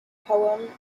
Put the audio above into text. poem